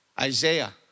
Isaiah